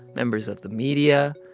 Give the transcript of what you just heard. members of the media,